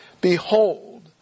Behold